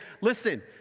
Listen